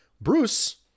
Bruce